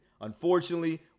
Unfortunately